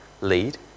lead